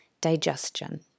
digestion